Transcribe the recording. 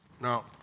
Now